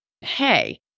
Hey